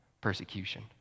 persecution